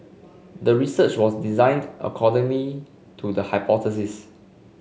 the research was designed accordingly to the hypothesis